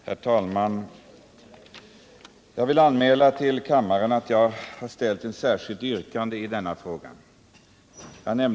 Herr talman! Jag vill anmäla för kammaren att jag i denna fråga kommer att ställa ett särskilt yrkande, som har delats ut till kammarens ledamöter.